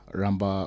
ramba